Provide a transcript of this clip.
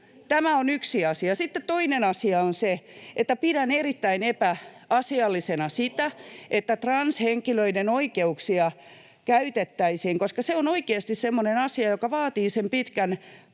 Tämä on yksi asia. Sitten toinen asia on se, että pidän erittäin epäasiallisena sitä, että transhenkilöiden oikeuksia käytettäisiin, koska se on oikeasti semmoinen asia, joka vaatii sen pitkän